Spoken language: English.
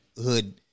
hood